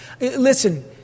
Listen